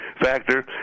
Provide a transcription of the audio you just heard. factor